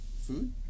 Food